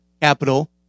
Capital